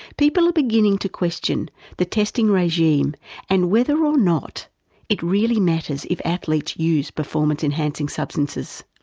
people are beginning to question the testing regime and whether or ah not it really matters of athletes use performance enhancing substances.